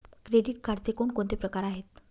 Credit कार्डचे कोणकोणते प्रकार आहेत?